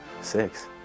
Six